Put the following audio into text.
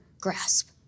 grasp